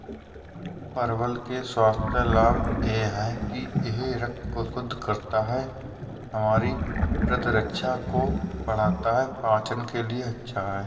परवल के स्वास्थ्य लाभ यह हैं कि यह रक्त को शुद्ध करता है, हमारी प्रतिरक्षा को बढ़ाता है, पाचन के लिए अच्छा है